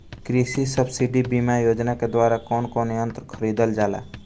कृषि सब्सिडी बीमा योजना के द्वारा कौन कौन यंत्र खरीदल जाला?